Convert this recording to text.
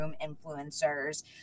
influencers